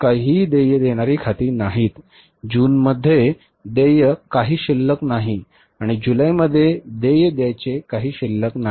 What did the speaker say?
काहीही देय देणारी खाती नाहीत जूनमध्ये देय काही शिल्लक नाही आणि जुलैमध्ये देय द्यायचे काही शिल्लक नाही